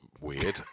weird